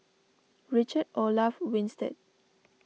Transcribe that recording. Richard Olaf Winstedt